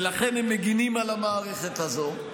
ולכן הם מגינים על המערכת הזו.